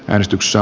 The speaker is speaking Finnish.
äänestyksessä